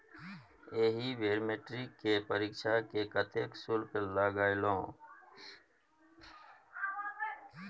एहि बेर मैट्रिक केर परीक्षा मे कतेक शुल्क लागलौ?